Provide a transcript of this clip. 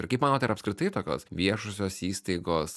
ir kaip manote ar apskritai tokios viešosios įstaigos